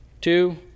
two